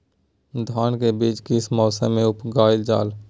धान के बीज किस मौसम में उगाईल जाला?